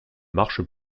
marche